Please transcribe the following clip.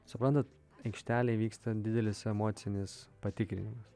suprantat aikštelėj vyksta didelis emocinis patikrinimas